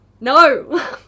No